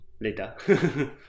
later